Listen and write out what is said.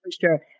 sure